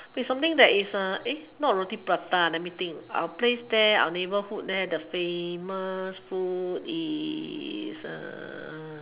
it's something that is not roti prata let me think our place there our neighbourhood there the famous food is err